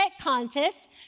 contest